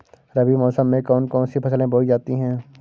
रबी मौसम में कौन कौन सी फसलें बोई जाती हैं?